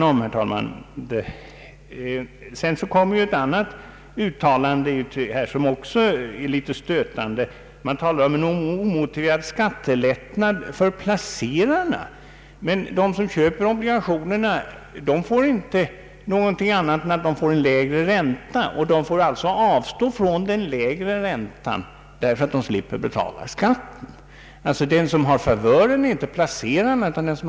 Detta var litet vid sidan om själva sakfrågan. Majoriteten har vidare anfört, vilket också är litet stötande, att systemet skulle medföra en omotiverad skattelättnad för placerarna. De som köper obligationerna får emellertid inte något annat än en lägre ränta, och de får alltså avstå från den högre räntan därför att de slipper betala skatt. Den som har favören är inte placeraren utan hyresgästen.